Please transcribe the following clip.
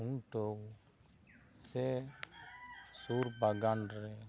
ᱠᱷᱩᱱᱴᱟᱹᱣ ᱥᱮ ᱥᱩᱨ ᱵᱟᱜᱟᱱ ᱨᱮ